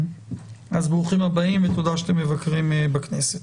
ברוכים הבאים ותודה שאתם מבקרים בכנסת.